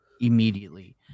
immediately